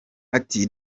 ati